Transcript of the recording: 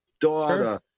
daughter